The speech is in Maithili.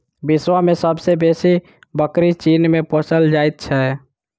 विश्व मे सब सॅ बेसी बकरी चीन मे पोसल जाइत छै